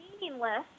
meaningless